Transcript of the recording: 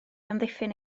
amddiffyn